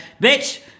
bitch